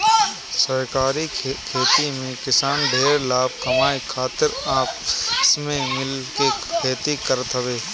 सहकारी खेती में किसान ढेर लाभ कमाए खातिर आपस में मिल के खेती करत हवे